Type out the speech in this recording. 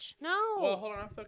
no